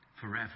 forever